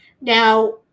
Now